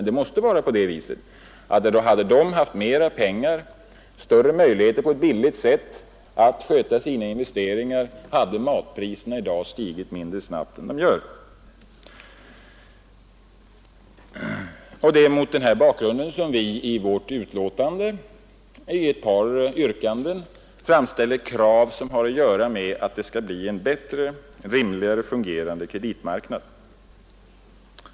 Det måste vara på det sättet, att om handeln haft större möjligheter att på ett billigt sätt sköta sina investeringar, hade matpriserna i dag stigit mindre snabbt än vad de nu gör. Det är mot denna bakgrund som vi i vår reservation i ett par motionsyrkanden framställer krav som syftar till att åstadkomma en bättre och rimligare fungerande kreditmarknad.